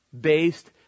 based